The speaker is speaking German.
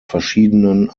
verschiedenen